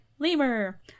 Lemur